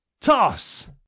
Toss